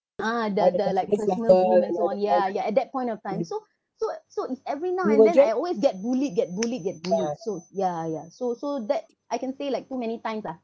ah the the like and so on ya ya at that point of time so so so it's every now and then I always get bullied get bullied get bullied so ya ya so so that I can say like too many times lah